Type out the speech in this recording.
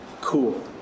cool